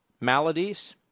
maladies